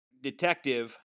detective